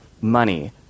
money